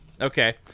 Okay